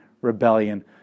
rebellion